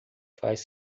faz